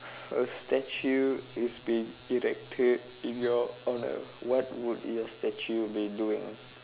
a statue has been erected in your honour what would your statue be doing